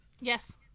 Yes